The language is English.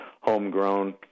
homegrown